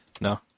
no